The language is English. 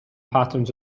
patterns